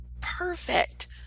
perfect